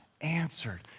answered